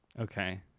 Okay